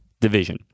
division